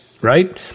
right